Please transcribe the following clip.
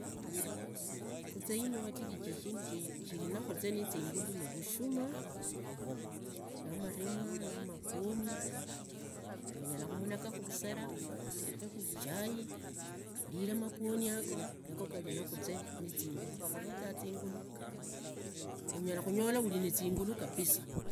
Kuzee yinu randu vatiriji shindu, shindu shiri nakhuze na zingala nivushuma, namaremwa, namabwoni, khari unyala khumunagakhu vusera, utekhekhu ichai, ulire mabwoni yago. yago gari nakhuzee nazingulu, gakhueza zingulu unyala khanyola ulinazingulu kabisa.